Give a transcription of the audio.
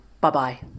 Bye-bye